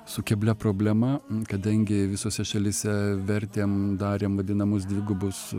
su keblia problema kadangi visose šalyse vertėm darėm vadinamus dvigubus